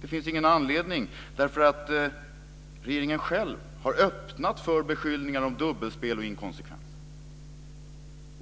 det finns ingen anledning till det. Regeringen har själv öppnat för beskyllningar om dubbelspel och inkonsekvens.